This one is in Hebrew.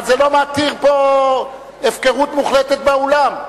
אבל זה לא מתיר הפקרות מוחלטת פה באולם.